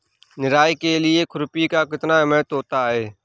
निराई के लिए खुरपी का कितना महत्व होता है?